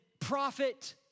prophet